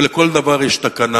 ולכל דבר יש תקנה.